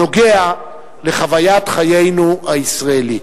הנוגע לחוויית חיינו הישראלית.